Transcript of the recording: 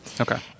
Okay